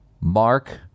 Mark